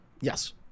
Yes